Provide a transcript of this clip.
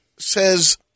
says